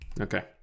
Okay